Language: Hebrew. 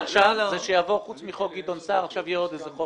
חוץ מחוק גדעון סער עכשיו יהיה עוד חוק